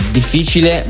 difficile